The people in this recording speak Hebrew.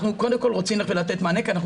אנחנו קודם כל רוצים לתת מענה כי אנחנו